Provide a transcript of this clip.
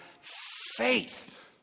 faith